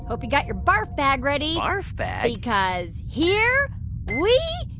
hope you got your barf bag ready. barf bag. because here we.